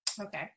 okay